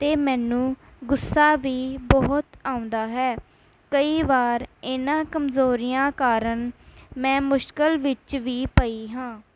ਅਤੇ ਮੈਨੂੰ ਗੁੱਸਾ ਵੀ ਬਹੁਤ ਆਉਂਦਾ ਹੈ ਕਈ ਵਾਰ ਇਹਨਾਂ ਕਮਜ਼ੋਰੀਆਂ ਕਾਰਨ ਮੈਂ ਮੁਸ਼ਕਿਲ ਵਿੱਚ ਵੀ ਪਈ ਹਾਂ